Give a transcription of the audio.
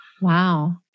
Wow